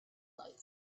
lights